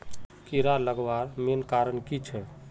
कीड़ा लगवार मेन कारण की छे?